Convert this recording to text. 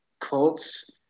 Colts